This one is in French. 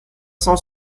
cent